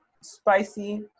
spicy